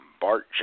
Bart